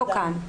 לא כאן,